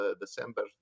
December